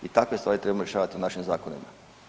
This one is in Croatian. I takve stvari trebamo rješavati u našim zakonima.